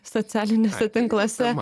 socialiniuose tinkluose